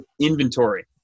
inventory